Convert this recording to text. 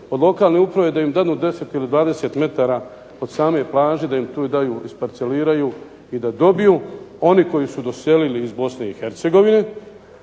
od lokalne uprave da im dadnu 10 ili 20 metara od same plaže, da im tu daju, isparceliraju i da dobiju oni koji su doselili iz BiH, a oni